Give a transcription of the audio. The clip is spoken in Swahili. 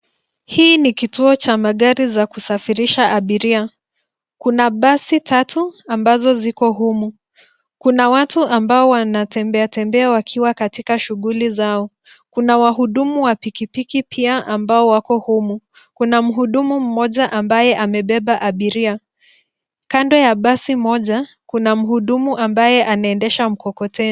Hii ni kituo cha magari za kusafirisha abiria. Kuna basi tatu, ambazo ziko humu. Kuna watu ambao wanatembea tembea wakiwa katika shuguli zao. Kuna wahudumu wa pikipiki pia ambao wako humu. Kuna muhudumu mmoja ambaye amebeba abiria. Kando ya basi moja, kuna muhudumu ambaye anaendesha mkokoteni.